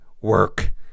work